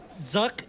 Zuck